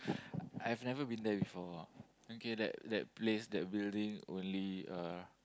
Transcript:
I've never been there before okay that that place that building only uh